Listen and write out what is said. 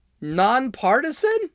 nonpartisan